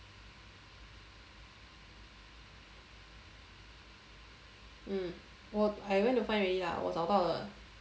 mm 我 I went to find already lah 我找到了